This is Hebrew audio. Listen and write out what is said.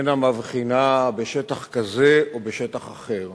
איננו מבחין בשטח כזה או בשטח אחר.